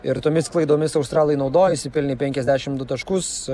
ir tomis klaidomis australai naudojosi pelnė peniasdešimt du taškus